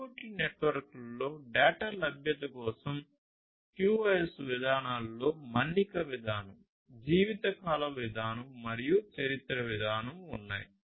IoT నెట్వర్క్లలో data లభ్యత కోసం QoS విధానాలలో మన్నిక విధానం జీవిత కాలం విధానం మరియు చరిత్ర విధానం ఉన్నాయి